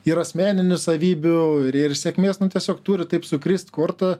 ir asmeninių savybių ir ir sėkmės nu tiesiog turi taip sukrist korta